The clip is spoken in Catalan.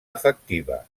efectiva